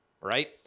Right